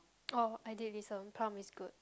oh I did listen prom is good